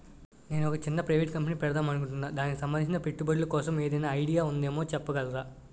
నేను ఒక చిన్న ప్రైవేట్ కంపెనీ పెడదాం అనుకుంటున్నా దానికి సంబందించిన పెట్టుబడులు కోసం ఏదైనా ఐడియా ఉందేమో చెప్పగలరా?